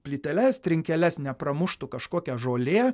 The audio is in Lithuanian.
plyteles trinkeles nepramuštų kažkokia žolė